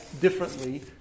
differently